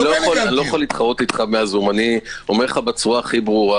אני אומר לך בצורה הכי ברורה